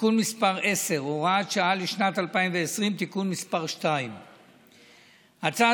(תיקון מס' 10 והוראת שעה לשנת 2020) (תיקון מס' 2). הצעה